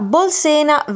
Bolsena